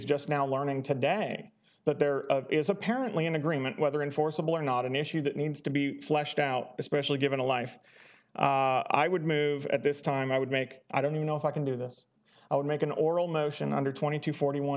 just now learning today that there is apparently an agreement whether enforceable or not an issue that needs to be fleshed out especially given a life i would move at this time i would make i don't you know if i can do this i would make an oral motion under twenty two forty